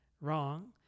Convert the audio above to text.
wrong